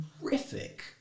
horrific